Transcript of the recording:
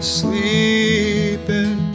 sleeping